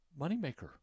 moneymaker